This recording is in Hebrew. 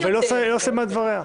אבל היא לא סיימה את דבריה.